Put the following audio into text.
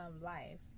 life